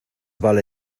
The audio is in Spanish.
vale